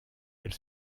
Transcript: elle